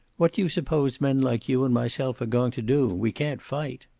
what do you suppose men like you and myself are going to do? we can't fight.